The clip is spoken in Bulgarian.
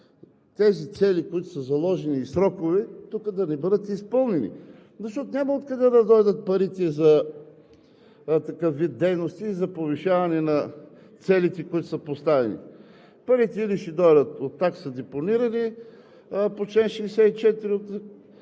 срокове, които са заложени тук, да не бъдат изпълнени, защото няма откъде да дойдат парите за такъв вид дейности – за повишаване на целите, които са поставени. Парите или ще дойдат от такса депониране по чл. 64 от